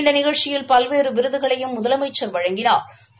இந்த நிகழ்ச்சியில் பல்வேறு விருதுகளையும் முதலமைச்சா் வழங்கினாா்